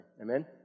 Amen